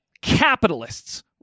capitalists